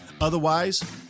Otherwise